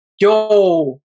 yo